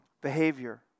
behavior